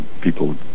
people